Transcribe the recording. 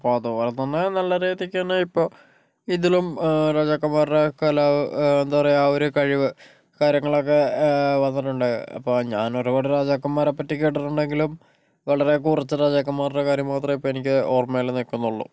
അപ്പോൾ അത്പോലെത്തന്നെ നല്ല രീതിക്കെന്നെ ഇപ്പോൾ ഇതിലും രാജാക്കന്മാരുടെ കല എന്താ പറയുക ആ ഒരു കഴിവ് കാര്യങ്ങളൊക്കെ വന്നിട്ടുണ്ട് അപ്പോൾ ഞാൻ ഒരുപാട് രാജാക്കന്മാരെപ്പറ്റി കേട്ടിട്ടുണ്ടെങ്കിലും വളരെ കുറച്ച് രാജാക്കന്മാരുടെ കാര്യം മാത്രമേ എനിക്ക് ഓർമ്മയില് നിൽക്കുന്നുളളൂ